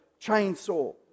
chainsaw